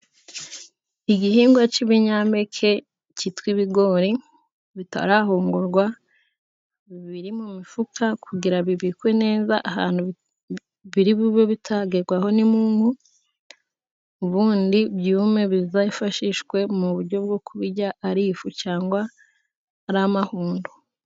Igihingwa cy'ibinyampeke cyitwa ibigori bitarahungurwa, biri mu mifuka kugira bibikwe neza ahantu biri bube bitagerwaho n'imungu, ubundi byume bizifashishwe mu buryo bwo kubirya ari ifu cyangwa ari amahundo.